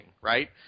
Right